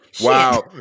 Wow